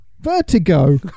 Vertigo